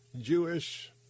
Jewish